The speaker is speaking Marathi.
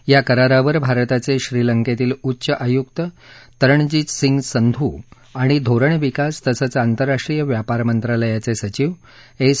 या करारावर भारताचे श्रीलंकेतील उच्च आयुक्त तरणजीत सिंग संधू आणि धोरण विकास तसंच आंतरराष्ट्रीय व्यापार मंत्रालयाचे सचिव एस